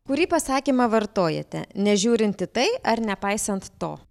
kurį pasakymą vartojate nežiūrint į tai ar nepaisant to